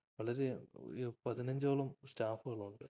വളരെ പതിനഞ്ചോളം സ്റ്റാഫുകളുണ്ട്